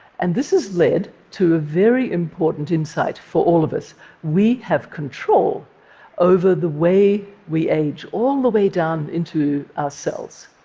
and this has led to a very important insight for all of us we have control over the way we age all the way down into our cells.